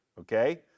Okay